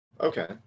Okay